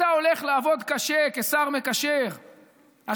ואתה הולך לעבוד קשה כשר מקשר השבוע